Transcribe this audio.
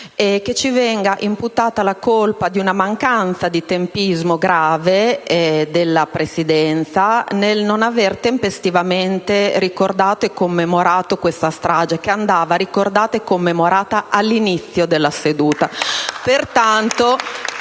che ci venga imputata la colpa di una mancanza di tempismo grave, della Presidenza, che non ha tempestivamente ricordato e commemorato questa strage che andava ricordata e commemorata all'inizio della seduta.